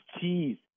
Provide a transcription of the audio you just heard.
cheese